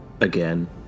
again